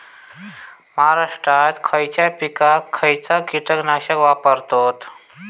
महाराष्ट्रात खयच्या पिकाक खयचा कीटकनाशक वापरतत?